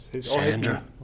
Sandra